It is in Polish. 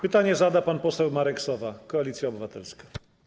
Pytanie zada pan poseł Marek Sowa, Koalicja Obywatelska.